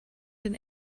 den